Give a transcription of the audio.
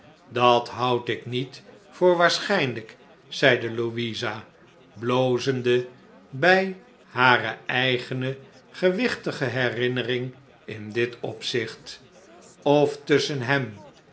dat houd ik niet voor waarschh'nlijk zeide louisa blozende bij hare eigene gewichtige herinnering in dit opzicht of tusschen hem